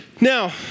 Now